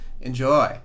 enjoy